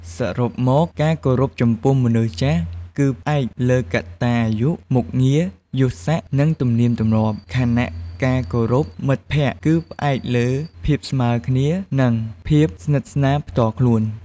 សរុបមក ការគោរពចំពោះមនុស្សចាស់គឺផ្អែកលើ កត្តាអាយុ មុខងារ, យសស័ក្តិ និង ទំនៀមទម្លាប់ ខណៈការគោរពមិត្តភក្តិគឺផ្អែកលើ ភាពស្មើគ្នា និង ភាពស្និទ្ធស្នាលផ្ទាល់ខ្លួន។